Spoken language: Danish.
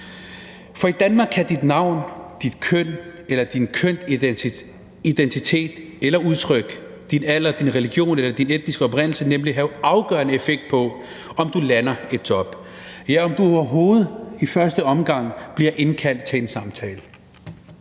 For i Danmark kan dit navn, dit køn eller din kønsidentitet eller -udtryk, din alder, din religion eller din etniske oprindelse nemlig have afgørende effekt på, om du lander i top. Ja, for om du overhovedet i første omgang bliver indkaldt til en samtale.